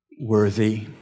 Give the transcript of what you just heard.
Worthy